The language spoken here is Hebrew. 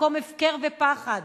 מקום הפקר ופחד.